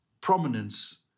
prominence